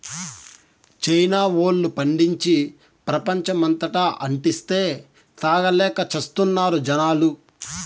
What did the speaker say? China వోల్లు పండించి, ప్రపంచమంతటా అంటిస్తే, తాగలేక చస్తున్నారు జనాలు